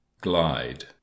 glide